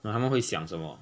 那他们会想什么